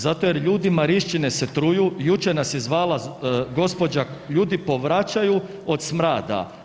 Zato jer ljudi Marišćine se truju, jučer nas je zvala gospođa, ljudi povraćaju od smrada.